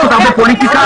אפשר לעשות הרבה פוליטיקה,